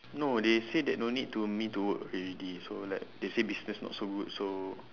no they say that don't need to me to work already so like they say business not so good so